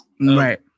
right